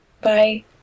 Bye